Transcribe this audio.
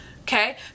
Okay